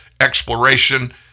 exploration